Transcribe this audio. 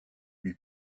lui